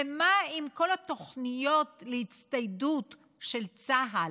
ומה עם כל התוכניות להצטיידות של צה"ל?